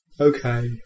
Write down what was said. Okay